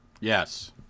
Yes